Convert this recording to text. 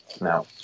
now